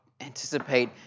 anticipate